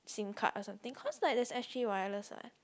Sim card or something cause like there's s_g wireless what